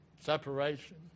separation